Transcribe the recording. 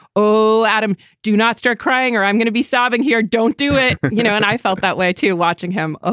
oh, adam, do not start crying or i'm gonna be sobbing here. don't do it. you know, and i felt that way, too, watching him.